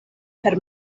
per